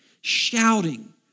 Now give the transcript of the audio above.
shouting